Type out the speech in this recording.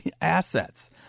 assets